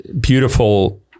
beautiful